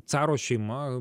caro šeima